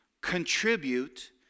contribute